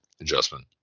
adjustment